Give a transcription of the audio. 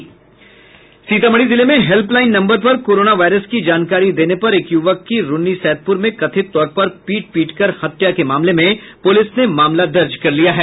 सीतामढ़ी जिले में helpline number पर कोरोना वायरस की जानकारी देने पर एक युवक की रून्नीसैदप्र में कथित तौर पर पीट पीटकर हत्या के मामले में पुलिस ने मामला दर्ज कर लिया है